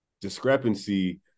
discrepancy